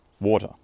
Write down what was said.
Water